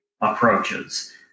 approaches